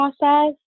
process